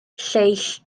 lleill